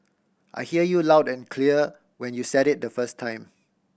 I heard you loud and clear when you said it the first time